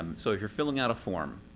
and so if you're filling out a form,